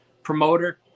promoter